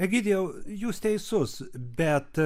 egidijau jūs teisus bet